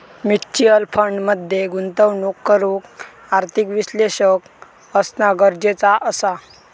mutual fund मध्ये गुंतवणूक करूक आर्थिक विश्लेषक असना गरजेचा असा